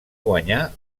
guanyà